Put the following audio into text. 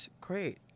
Great